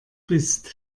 bist